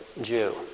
Jew